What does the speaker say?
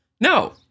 No